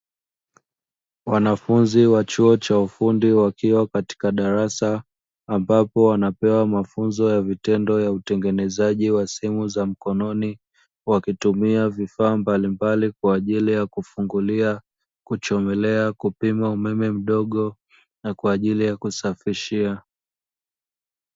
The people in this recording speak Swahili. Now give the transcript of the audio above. Wanafunzi wa chuo cha ufundi wakiwa katika darasa ambapo wanapewa mafunzo ya vitendo ya utengenezaji wa simu za mkononi, wakitumia vifaa mbalimbali kwa ajili ya kufungulia, kuchomelea, kupima umeme mdogo na kwa ajili ya kusafishia.